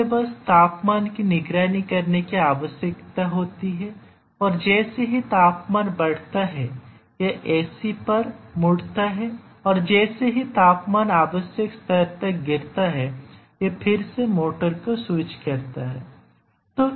इसे बस तापमान की निगरानी करने की आवश्यकता होती है और जैसे ही तापमान बढ़ता है यह एसी पर मुड़ता है और जैसे ही तापमान आवश्यक स्तर तक गिरता है यह फिर से मोटर को स्विच करता है